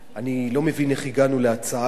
הגענו להצעה כזאת.